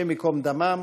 השם ייקום דמם,